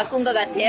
and yeah